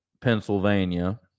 Pennsylvania